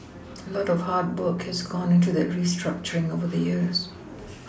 a lot of hard work has gone into that restructuring over the years